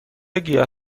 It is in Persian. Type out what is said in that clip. گیاه